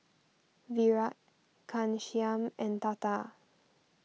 Virat Ghanshyam and Tata